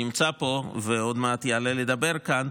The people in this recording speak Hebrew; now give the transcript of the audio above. שנמצא פה ועוד מעט יעלה לדבר כאן,